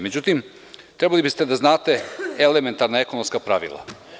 Međutim, trebali bi ste da znate elementarna ekonomska pravila.